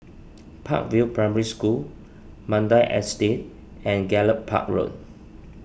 Park View Primary School Mandai Estate and Gallop Park Road